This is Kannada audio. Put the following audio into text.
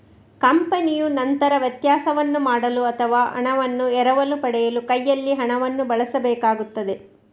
ಕಂಪನಿಯು ನಂತರ ವ್ಯತ್ಯಾಸವನ್ನು ಮಾಡಲು ಅಥವಾ ಹಣವನ್ನು ಎರವಲು ಪಡೆಯಲು ಕೈಯಲ್ಲಿ ಹಣವನ್ನು ಬಳಸಬೇಕಾಗುತ್ತದೆ